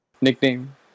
nickname